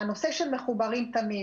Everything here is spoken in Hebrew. הנושא של "מחוברים תמיד"